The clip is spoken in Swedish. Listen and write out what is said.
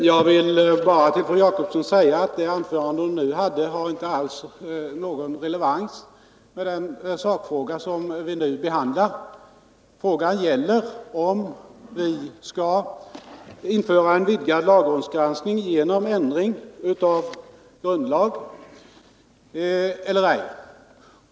Herr talman! Vad fru Jacobsson nu anförde har inte alls någon relevans för den sakfråga som vi behandlar. Frågan gäller om vi skall införa en vidgad lagrådsgranskning genom ändring av grundlag eller ej.